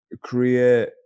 create